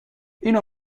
اینو